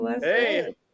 Hey